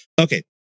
Okay